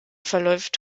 verläuft